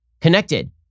connected